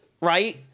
Right